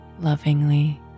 lovingly